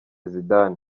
zidane